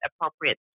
appropriate